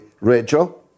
Rachel